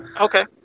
Okay